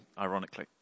ironically